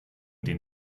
den